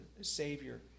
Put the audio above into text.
Savior